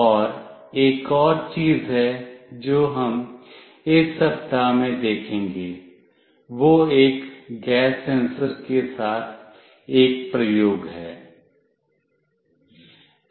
और एक और चीज है जो हम इस सप्ताह में देखेंगे वह एक गैस सेंसर के साथ एक प्रयोग है